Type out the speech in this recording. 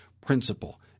principle